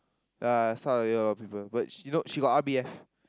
ya start of the year a lot of people but she you know she got R_B_F